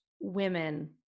women